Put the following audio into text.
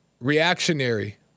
reactionary